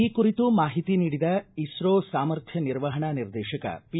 ಈ ಕುರಿತು ಮಾಹಿತಿ ನೀಡಿದ ಇಸ್ತೋ ಸಾಮರ್ಥ್ಯ ನಿರ್ವಹಣಾ ನಿರ್ದೇಶಕ ಪಿ